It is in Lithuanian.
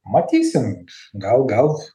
matysim gal gal